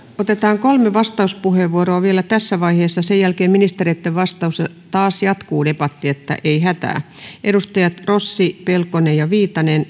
otetaan kolme vastauspuheenvuoroa vielä tässä vaiheessa sen jälkeen ministereitten vastaus ja sitten taas jatkuu debatti että ei hätää edustajat rossi pelkonen ja viitanen